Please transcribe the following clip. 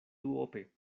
duope